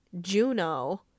Juno